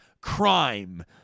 crime